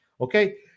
okay